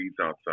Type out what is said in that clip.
outside